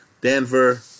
Denver